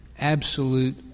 absolute